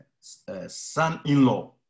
son-in-law